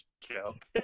joke